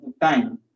time